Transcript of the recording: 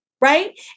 Right